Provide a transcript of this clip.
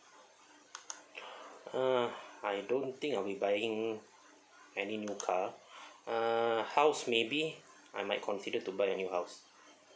uh I don't think I'll be buying any new car uh house maybe I might consider to buy a new house